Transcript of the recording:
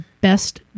best